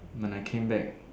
when I came back